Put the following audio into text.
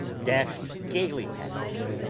dashed gaily past,